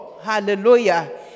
Hallelujah